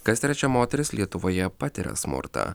kas trečia moteris lietuvoje patiria smurtą